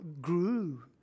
grew